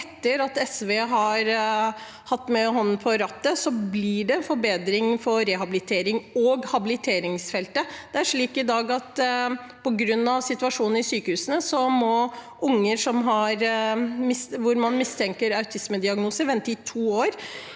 Etter at SV har hatt en hånd på rattet, blir det forbedring på rehabiliterings- og habiliteringsfeltet. Det er slik i dag at på grunn av situasjonen i sykehusene må unger hvor man mistenker autismediagnose, vente i to år.